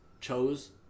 chose